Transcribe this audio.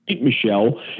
Michelle